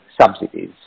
subsidies